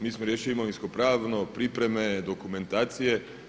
Mi smo riješili imovinsko-pravno, pripreme dokumentacije.